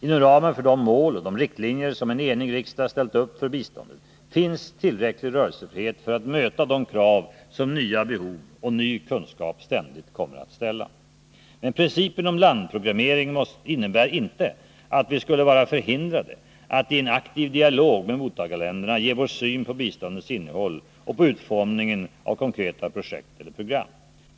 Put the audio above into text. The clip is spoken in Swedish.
Inom ramen för de mål och de riktlinjer som en enig riksdag ställt upp för biståndet finns tillräcklig rörelsefrihet för att möta de krav som nya behov och ny kunskap ständigt kommer att ställa. Men principen om landprogrammering innebär inte att vi skulle vara förhindrade att i en aktiv dialog med mottagarländerna ge vår syn på biståndets innehåll och på utformningen av konkreta projekt eller program.